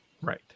right